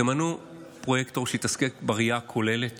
תמנו פרויקטור שיסתכל בראייה כוללת